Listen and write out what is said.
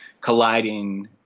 colliding